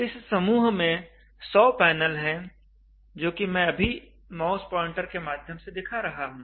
इस समूह में 100 पैनल हैं जो कि मैं अभी माउस प्वाइंटर के माध्यम से दिखा रहा हूं